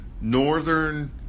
northern